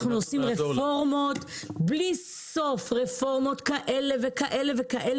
אנחנו עושים בלי סוף רפורמות כאלה ואחרות,